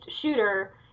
shooter